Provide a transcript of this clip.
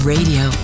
Radio